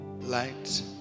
light